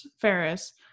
Ferris